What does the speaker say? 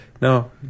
no